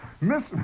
Miss